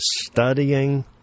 studying